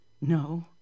No